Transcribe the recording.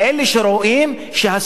העליון פה,